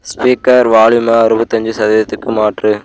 speaker வால்யூமை அறுபத்தஞ்சு சதவீதத்துக்கு மாற்று